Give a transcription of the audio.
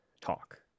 talk